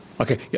Okay